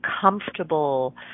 comfortable